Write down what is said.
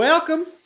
Welcome